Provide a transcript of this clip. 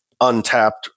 untapped